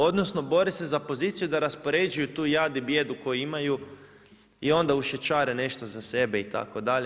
Odnosno, bore se za poziciju da raspoređuju tu jad i bijedu koju imaju i onda ušićare nešto za sebe itd.